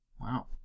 Wow